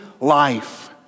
life